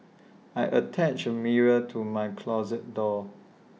I attached A mirror to my closet door